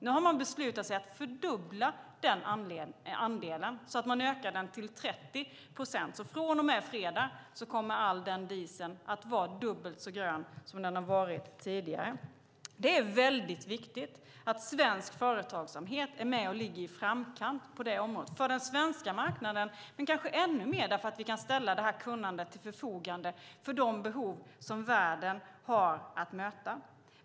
Nu har de beslutat att fördubbla andelen, alltså öka den till 30 procent. Från och med fredag kommer all diesel att vara dubbelt så grön som tidigare. Det är viktigt att svensk företagsamhet ligger i framkant på området. Det gäller den svenska marknaden och än mer för att vi kan ställa kunnandet till förfogande för de behov som världen har att möta.